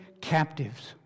captives